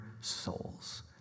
souls